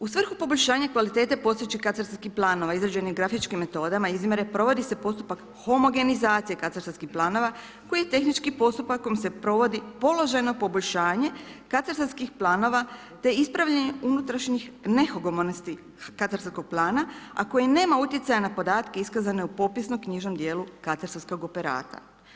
U svrhu poboljšanja kvalitete postojećih katastarskih planova izrađenih grafičkim metodama izmjere, provodi se postupak homogenizacije katastarskih planova koji tehničkim postupkom se provodi položajno poboljšanje katastarskih planova te ispravljanjem unutrašnjih nehomogenosti katastarskog plana a koji nema utjecaja na podatke iskazane u popisnom knjižnom djelu katastarskog operata.